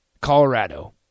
Colorado